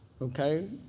Okay